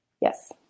Yes